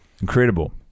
Incredible